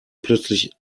plötzlich